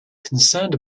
concerned